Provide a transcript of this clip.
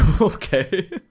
Okay